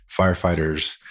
firefighters